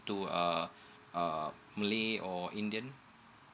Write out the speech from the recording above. to err uh malay or indian